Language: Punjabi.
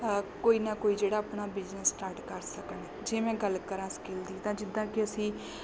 ਕੋਈ ਨਾ ਕੋਈ ਜਿਹੜਾ ਆਪਣਾ ਬਿਜਨਸ ਸਟਾਰਟ ਕਰ ਸਕਣ ਜੇ ਮੈਂ ਗੱਲ ਕਰਾਂ ਸਕਿੱਲ ਦੀ ਤਾਂ ਜਿੱਦਾਂ ਕਿ ਅਸੀਂ